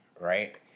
right